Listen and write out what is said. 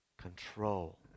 control